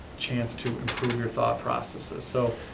chance to improve your thought processes. so